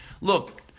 Look